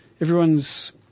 everyone's